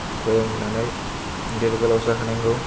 फोरोंनानै गेदेर गोलाव जाहोनांगौ